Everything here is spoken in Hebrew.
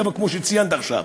כמו שציינת עכשיו,